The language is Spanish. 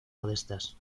modestas